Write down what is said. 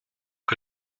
que